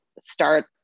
start